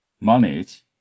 manage